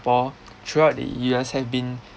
throughout the years have been